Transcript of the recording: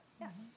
Yes